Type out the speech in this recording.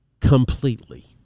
completely